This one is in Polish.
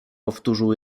powtórzył